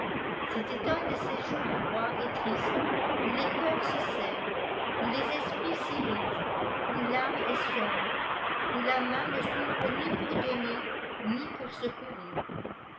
c'était un de ces jours froids et tristes où les cœurs se serrent où les esprits s'irritent où l'âme est sombre où la main ne s'ouvre ni pour donner ni pour secourir